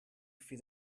feed